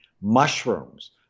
mushrooms